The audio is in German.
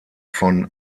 von